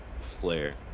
flare